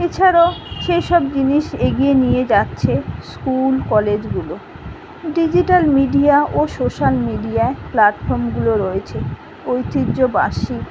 এছাড়ও সেইসব জিনিস এগিয়ে নিয়ে যাচ্ছে স্কুল কলেজগুলো ডিজিটাল মিডিয়া ও সোশ্যাল মিডিয়ায় প্ল্যাটফর্মগুলো রয়েছে ঐতিহ্যবাহী